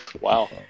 Wow